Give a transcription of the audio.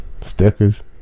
Stickers